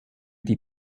die